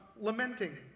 Lamenting